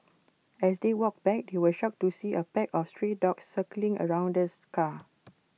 as they walked back they were shocked to see A pack of stray dogs circling around this car